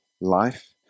life